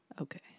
Okay